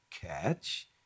catch